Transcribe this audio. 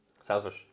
Selfish